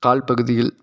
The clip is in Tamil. கால்பகுதியில்